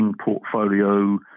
portfolio